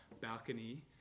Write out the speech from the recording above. balcony